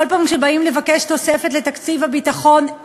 כל פעם שבאים לבקש תוספת לתקציב הביטחון,